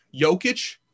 Jokic